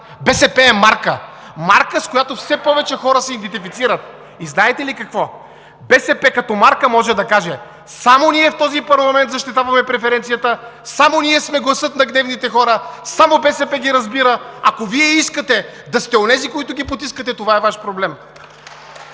БСП е марка – марка, с която все повече хора се идентифицират. И знаете ли какво? БСП като марка може да каже: „Само ние в този парламент защитаваме преференцията, само ние сме гласът на гневните хора, само БСП ги разбира.“ Ако Вие искате да сте онези, които ги потискате, това е Ваш проблем!